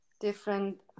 different